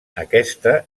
aquesta